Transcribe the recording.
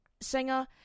singer